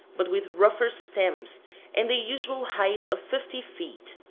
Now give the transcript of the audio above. but with rougher stems and a usual height of fifty feet.